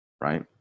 right